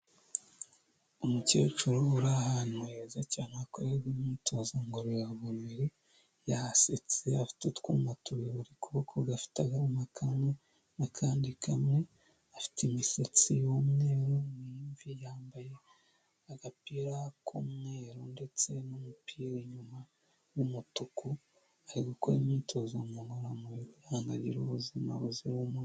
Umukecuru uri ahantu heza cyane hakorerwa imyitozo ngororamubiri yasetse afite utwuma tubiri buri kuboko gafite akuma kamwe n'akandi kamwe afite imisatsi y'umweru ny'imvi yambaye agapira k'umweru ndetse n'umupira w'inyuma w'umutuku ari gukora imyitozo ngororamubiri kugira agire ubuzima buzira umuze.